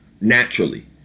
naturally